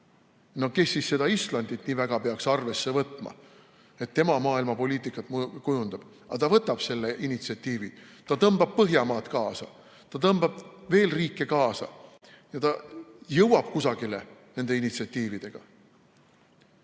No kes siis seda Islandit nii väga peaks arvesse võtma, et tema maailmapoliitikat kujundab, aga ta võtab selle initsiatiivi, ta tõmbab Põhjamaad kaasa, ta tõmbab teisigi riike kaasa ja ta jõuab kusagile selle initsiatiiviga.